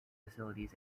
facilities